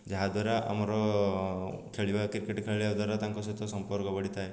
ଯାହାଦ୍ୱାରା ଆମର ଖେଳିବା କ୍ରିକେଟ୍ ଖେଳିବାଦ୍ୱାରା ତାଙ୍କ ସହିତ ସମ୍ପର୍କ ବଢ଼ିଥାଏ